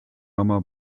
mama